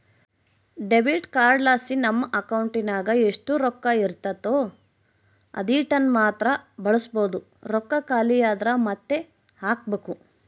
debit ಕಾರ್ಡ್ಲಾಸಿ ನಮ್ ಅಕೌಂಟಿನಾಗ ಎಷ್ಟು ರೊಕ್ಕ ಇರ್ತತೋ ಅದೀಟನ್ನಮಾತ್ರ ಬಳಸ್ಬೋದು, ರೊಕ್ಕ ಖಾಲಿ ಆದ್ರ ಮಾತ್ತೆ ಹಾಕ್ಬಕು